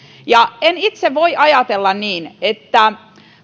en itse voi ajatella niin että